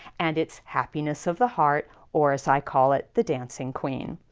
and it's happiness of the heart, or as i call it, the dancing queen.